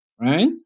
right